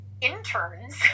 interns